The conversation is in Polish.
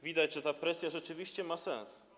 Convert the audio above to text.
Widać, że ta presja rzeczywiście ma sens.